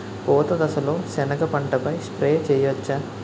పూత దశలో సెనగ పంటపై స్ప్రే చేయచ్చా?